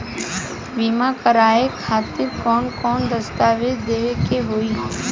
बीमा करवाए खातिर कौन कौन दस्तावेज़ देवे के होई?